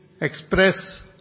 express